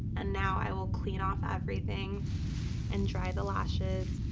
and now i will clean off everything and dry the lashes,